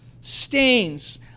stains